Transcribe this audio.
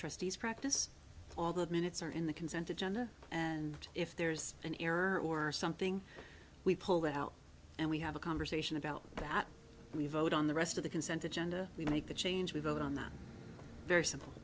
trustees practice all the minutes are in the consent agenda and if there's an error or something we pull that out and we have a conversation about that we vote on the rest of the consent agenda we make the change we vote on that very